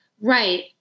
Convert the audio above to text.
Right